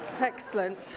Excellent